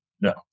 No